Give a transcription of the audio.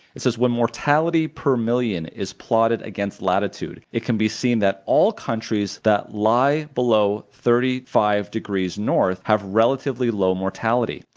it says, when mortality per million is plotted against latitude, it can be seen that all countries that lie below thirty five degrees north have relatively low mortality.